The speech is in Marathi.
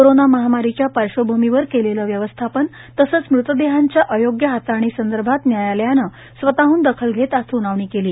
कोरोना महामारीच्या पार्श्वभूमीवर केलेले व्यवस्थापन तसेच मृतदेहांच्या अयोग्य हाताळणीसंदर्भात न्यायालयाने स्वतःहन दखल घेत आज सुनावणी केली